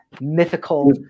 mythical